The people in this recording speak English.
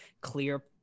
clear